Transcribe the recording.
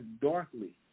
darkly